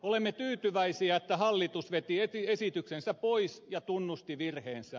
olemme tyytyväisiä että hallitus veti esityksensä pois ja tunnusti virheensä